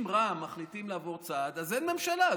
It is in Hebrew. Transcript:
אם רע"מ מחליטים לעבור צד, אז אין ממשלה.